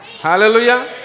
Hallelujah